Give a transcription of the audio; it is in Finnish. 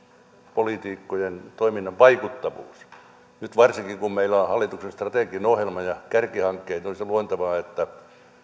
politiikkojen toiminnan vaikuttavuus nyt varsinkin kun meillä on hallituksen strateginen ohjelma ja kärkihankkeet olisi luontevaa että